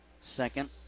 Second